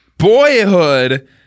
Boyhood